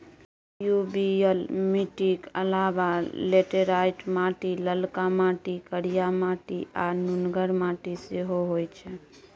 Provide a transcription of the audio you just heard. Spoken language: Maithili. एलुयुबियल मीटिक अलाबा लेटेराइट माटि, ललका माटि, करिया माटि आ नुनगर माटि सेहो होइ छै